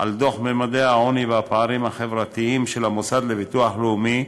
על דוח ממדי העוני והפערים החברתיים של המוסד לביטוח לאומי,